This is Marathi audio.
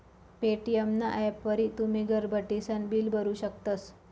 पे.टी.एम ना ॲपवरी तुमी घर बठीसन बिल भरू शकतस